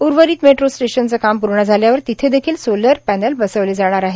उर्वरित मेट्रो स्टेशनचे काम पूर्ण झाल्यावर तिथे देखील सोलर प्रमाल बसविले जाणार आहे